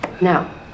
Now